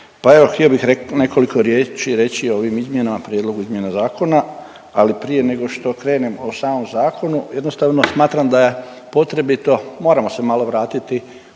pa evo htio bih re… nekoliko riječi reći o ovim izmjenama, prijedlogu izmjena zakona, ali prije nego što krenem o samom zakonu jednostavno smatram da je potrebito moramo se malo vratiti